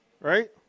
right